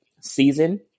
season